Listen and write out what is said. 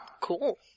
Cool